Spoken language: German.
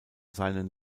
seinen